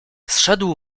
zszedł